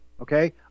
okay